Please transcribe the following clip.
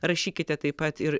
rašykite taip pat ir